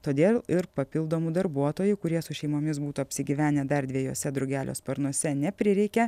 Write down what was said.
todėl ir papildomų darbuotojų kurie su šeimomis būtų apsigyvenę dar dviejuose drugelio sparnuose neprireikė